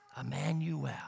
Emmanuel